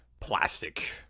plastic